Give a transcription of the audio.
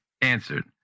answered